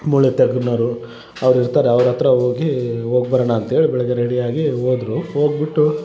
ಮೂಳೆ ತಜ್ಞರು ಅವ್ರು ಇರ್ತಾರೆ ಅವ್ರಹತ್ರ ಹೋಗೀ ಹೋಗ್ಬರೋಣ ಅಂತೇಳಿ ಬೆಳಗ್ಗೆ ರೆಡಿ ಆಗಿ ಹೋದ್ರು ಹೋಗ್ಬಿಟ್ಟು